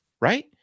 right